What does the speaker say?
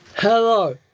Hello